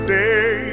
day